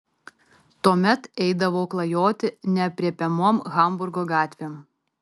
tuomet eidavau klajoti neaprėpiamom hamburgo gatvėm